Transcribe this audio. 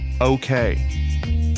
okay